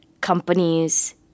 companies